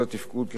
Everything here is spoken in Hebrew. ככל האפשר,